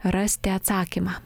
rasti atsakymą